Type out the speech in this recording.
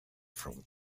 from